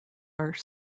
are